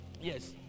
Yes